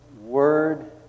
word